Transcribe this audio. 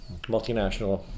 multinational